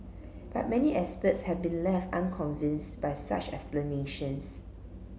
but many experts have been left unconvinced by such explanations